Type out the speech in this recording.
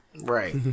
right